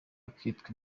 akitwa